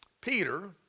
Peter